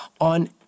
on